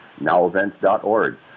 nowevents.org